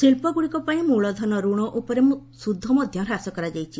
ଶିବ୍ଧଗୁଡ଼ିକ ପାଇଁ ମୂଳଧନ ଋଣ ଉପରେ ସୁଧ ମଧ୍ୟ ହ୍ରାସ କରାଯାଇଛି